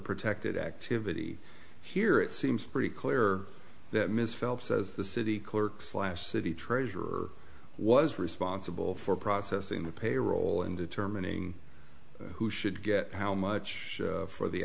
protected activity here it seems pretty clear that ms phelps says the city clerk's last city treasurer was responsible for processing the payroll and determining who should get how much for the